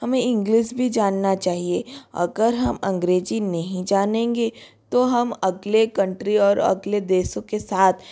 हमें इंग्लिस भी जानना चाहिए अगर हम अंग्रेज़ी नहीं जानेगें तो हम अगले कंट्री और अगले देशों के साथ